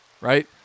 right